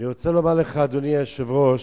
אני רוצה לומר לך, אדוני היושב-ראש,